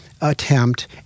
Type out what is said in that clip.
attempt